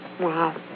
Wow